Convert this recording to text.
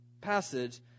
passage